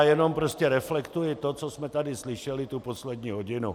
Jenom prostě reflektuji to, co jsme tady slyšeli poslední hodinu.